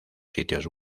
sitios